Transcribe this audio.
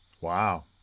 Wow